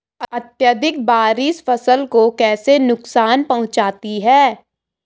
अत्यधिक बारिश फसल को कैसे नुकसान पहुंचाती है?